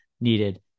needed